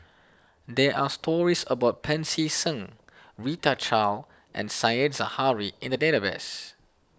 there are stories about Pancy Seng Rita Chao and Said Zahari in the database